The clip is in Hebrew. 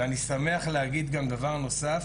ואני שמח להגיד גם דבר נוסף,